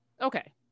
Okay